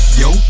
yo